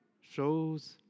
shows